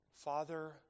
Father